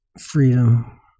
Freedom